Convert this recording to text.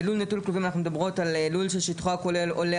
בלול נטול כלובים אנחנו מדברות על לול ששטחו הכולל עולה